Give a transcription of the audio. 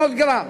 500 גרם